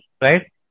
right